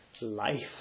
life